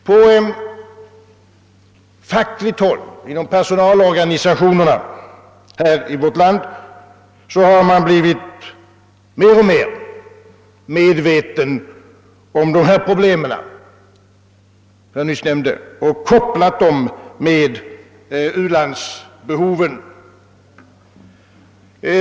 På fackligt håll, inom personalorganisationerna här i vårt land, har man blivit mer och mer medveten om dessa problem som jag nyss nämnde och kopplat samman dem med u-landsbehoven.